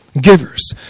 Givers